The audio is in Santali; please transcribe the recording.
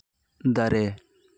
ᱫᱟᱨᱮ